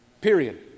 period